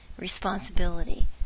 responsibility